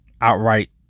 outright